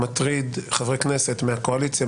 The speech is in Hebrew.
מטריד חברי כנסת מהקואליציה,